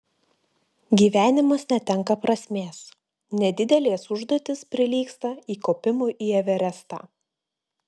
gyvenimas netenka prasmės nedidelės užduotys prilygsta įkopimui į everestą